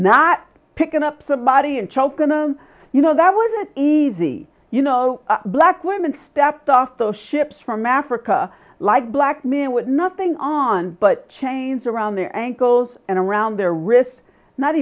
not picking up somebody and choking on a you know that wasn't easy you know black women stepped off those ships from africa like black men with nothing on but chains around their ankles and around their wrists not